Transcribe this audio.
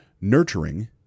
nurturing